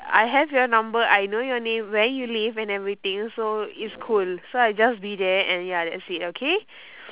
I have your number I know your name where you live and everything so it's cool so I just be there and ya that's it okay